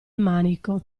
manico